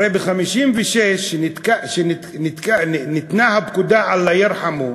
הרי ב-1956 כשניתנה הפקודה "אללה ירחמו",